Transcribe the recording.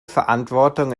verantwortung